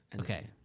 Okay